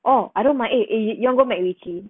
orh I don't mind eh eh you want go macritchie